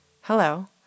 hello